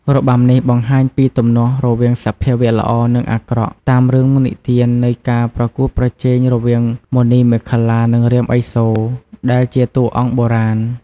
របាំនេះបង្ហាញពីទំនាស់រវាងសភាវៈល្អនិងអាក្រក់ តាមរឿងនិទាននៃការប្រកួតប្រជែងរវាងមណីមេខលា និងរាមឥសូរ ដែលជាតួអង្គបុរាណ។